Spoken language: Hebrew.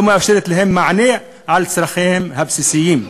מאפשרת להם מענה על צורכיהם הבסיסיים,